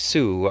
Sue